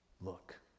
look